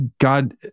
god